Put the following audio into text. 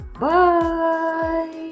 Bye